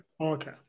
Okay